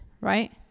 right